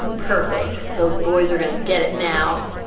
perfect. those boys are gonna get it now.